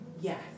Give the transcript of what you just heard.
yes